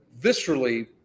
viscerally